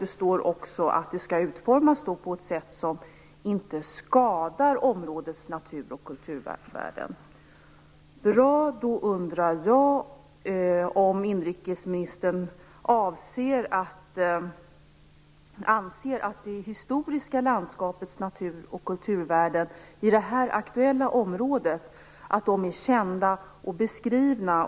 Det står också att det skall "utformas på ett sätt som inte skadar områdets natur och kulturvärden". Bra. Då undrar jag om inrikesministern anser att det historiska landskapets natur och kulturvärden i det här aktuella området är kända och beskrivna.